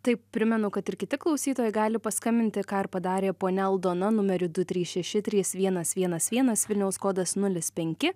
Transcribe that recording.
tai primenu kad ir kiti klausytojai gali paskambinti ką ir padarė ponia aldona numeriu du trys šeši trys vienas vienas vienas vilniaus kodas nulis penki